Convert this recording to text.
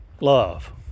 love